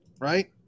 right